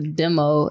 demo